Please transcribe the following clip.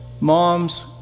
Moms